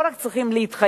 לא רק צריכים להתחייב,